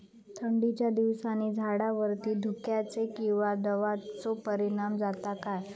थंडीच्या दिवसानी झाडावरती धुक्याचे किंवा दवाचो परिणाम जाता काय?